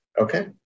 Okay